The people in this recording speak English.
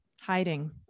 hiding